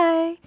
Bye